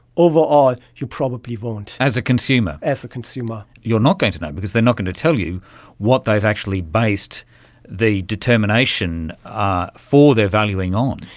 overall you probably won't. as a consumer? as a consumer. you're not going to know because they're not going to tell you what they've actually based the determination for their valuing on.